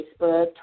Facebook